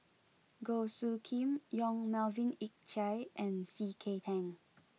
Goh Soo Khim Yong Melvin Yik Chye and C K Tang